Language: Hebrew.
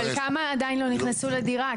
אבל כמה עדיין לא נכנסו לדירה?